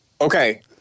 Okay